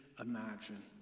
imagine